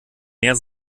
mehr